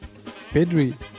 Pedri